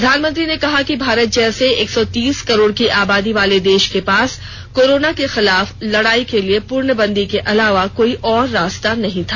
प्रधानमंत्री ने कहा कि भारत जैसे एक सौ तीस करोड़ की आबादी वाले देश के पास कोरोना के खिलाफ लड़ाई के लिए पूर्णबंदी के अलावा और कोई रास्ता नहीं था